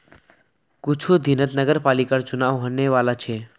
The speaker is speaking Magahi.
कुछू दिनत नगरपालिकर चुनाव होने वाला छ